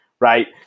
Right